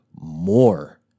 more